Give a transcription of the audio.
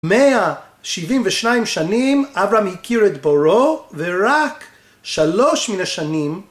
172 שנים אברהם הכיר את בו ורק שלוש מן השנים